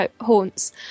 Haunts